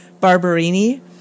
Barberini